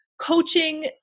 coaching